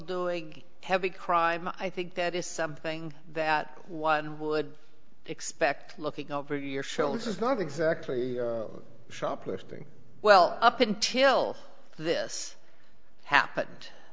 doing heavy crime i think that is something that one would expect looking over your shoulder is not exactly shoplifting well up until this happened